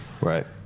Right